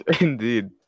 Indeed